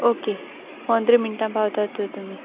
okay पोंद्र मिनटान पोवतो तोर तुमी